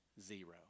zero